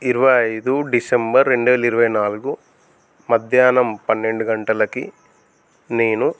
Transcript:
ఇరవై ఐదు డిసెంబర్ రెండువేల ఇరవై నాలుగు మధ్యాన్నం పన్నెండు గంటలకి నేను